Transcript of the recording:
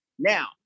Now